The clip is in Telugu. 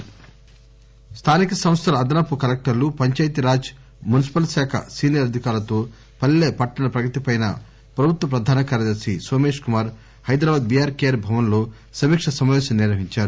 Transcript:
ఎన్ ఎస్ డి పత్రికా ప్రకటన స్టానిక సంస్టల అదనపు కలెక్టర్లు పంచాయతీరాజ్ మున్పిపల్ శాఖ సీనియర్ అధికారులతో పల్లె పట్టణ ప్రగతి పై ప్రభుత్వ ప్రధాన కార్యదర్శి Somesh Kumar Hyderabad B R K R భవనంలో సమీక్ష సమాపేశం నిర్వహించారు